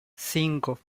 cinco